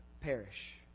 perish